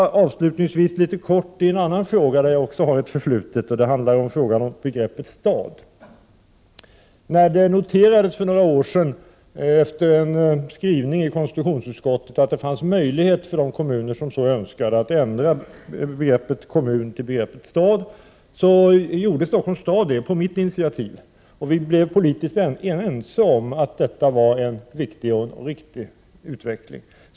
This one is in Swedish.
Avslutningsvis vill jag kort säga några ord om en fråga där jag också har ett förflutet. Det gäller begreppet ”stad”. När det för några år sedan efter en skrivning av konstitutionsutskottet noterades att det fanns möjlighet för de kommuner som så önskade att ändra begreppet ”kommun” till begreppet ”stad”, så gjorde Stockholms stad detta på mitt initiativ. Vi blev politiskt eniga om att detta var en viktig och riktig utveckling.